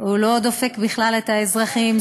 הוא לא דופק בכלל את האזרחים.